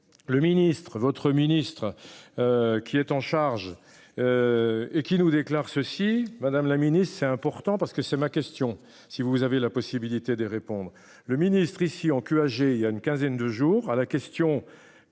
Le ministre-votre ministre. Qui est en charge. Et qui nous déclare ceci Madame la Ministre c'est important parce que c'est ma question si vous avez la possibilité de répondre le ministre ici en que âgé, il y a une quinzaine de jours à la question.